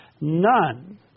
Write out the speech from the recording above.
none